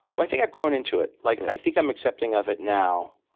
well, i think i've grown into it. like i think i'm accepting of it now.